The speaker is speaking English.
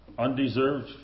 Undeserved